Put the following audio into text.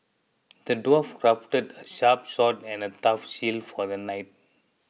the dwarf crafted a sharp sword and a tough shield for the knight